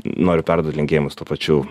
noriu perduot linkėjimus tuo pačiu